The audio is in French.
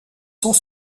sont